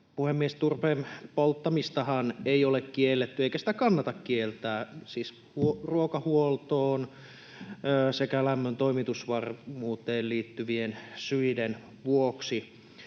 Puhemies! Turpeen polttamistahan ei ole kielletty eikä sitä kannata kieltää, siis ruokahuoltoon sekä lämmön toimitusvarmuuteen liittyvien syiden vuoksi.